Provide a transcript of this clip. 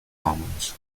commons